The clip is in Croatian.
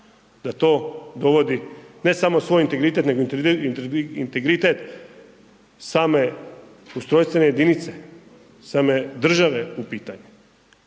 da to dovodi ne samo svoj integritet nego integritet same ustrojstvene jedinice, same države u pitanje